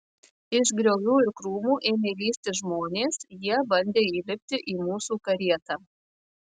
iš griovių ir krūmų ėmė lįsti žmonės jie bandė įlipti į mūsų karietą